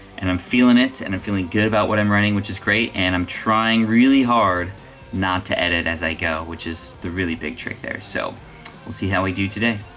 and i'm feelin' it, and i'm feeling good about what i'm writing, which is great. and i'm trying really hard not to edit as i go, which is the really big trick there. so we'll see how we today.